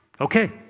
Okay